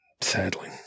Sadly